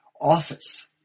office